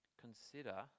consider